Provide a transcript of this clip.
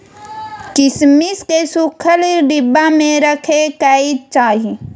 किशमिश केँ सुखल डिब्बा मे राखे कय चाही